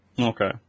Okay